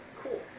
Cool